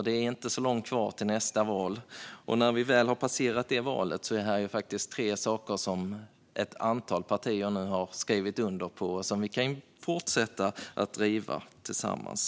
Det är inte så långt kvar till nästa val, och när vi väl har passerat det valet är detta faktiskt tre saker som ett antal partier nu har skrivit under på och som vi kan fortsätta att driva tillsammans.